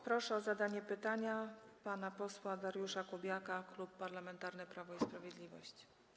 Proszę o zadanie pytania pana posła Dariusza Kubiaka, Klub Parlamentarny Prawo i Sprawiedliwość.